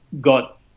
got